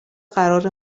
قرار